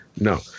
no